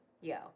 yo